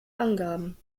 angaben